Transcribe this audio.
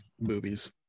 movies